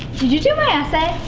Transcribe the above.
did you do my essay?